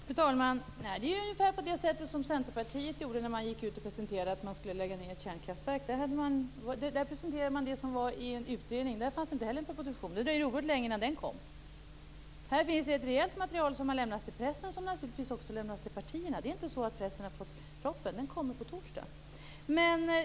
Fru talman! Nej, det är ungefär på samma sätt som när Centerpartiet gick ut och presenterade att man skulle lägga ned ett kärnkraftverk. Man presenterade det som fanns i en utredning, och det fanns inte heller någon proposition - det dröjde oerhört länge innan den kom. Här finns ett rejält material, som har lämnats till pressen och naturligtvis också till partierna. Pressen har inte fått propositionen, utan den kommer på torsdag.